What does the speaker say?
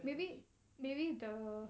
maybe maybe the